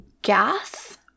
Gas